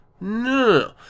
no